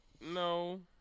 No